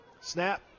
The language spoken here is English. Snap